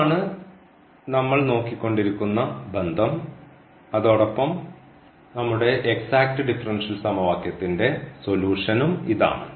ഇതാണ് നമ്മൾ നോക്കികൊണ്ടിരിക്കുന്ന ബന്ധം അതോടൊപ്പം നമ്മുടെ എക്സാക്റ്റ് ഡിഫറൻഷ്യൽ സമവാക്യത്തിൻറെ സൊലൂഷൻഉം ഇതാണ്